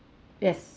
yes